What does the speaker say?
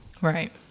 Right